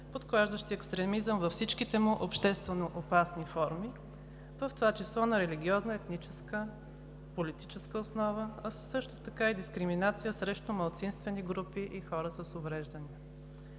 подклаждащи екстремизъм във всичките му общественоопасни форми, в това число на религиозна, етническа, политическа основа, а също така и дискриминация срещу малцинствените групи и хора с увреждания.